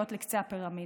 מגיעות לקצה הפירמידה.